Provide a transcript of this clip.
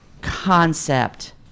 concept